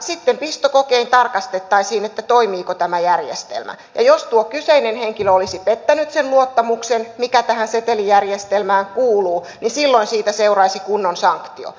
sitten pistokokein tarkastettaisiin toimiiko tämä järjestelmä ja jos tuo kyseinen henkilö olisi pettänyt sen luottamuksen mikä tähän setelijärjestelmään kuuluu niin silloin siitä seuraisi kunnon sanktio